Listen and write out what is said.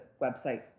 website